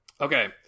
Okay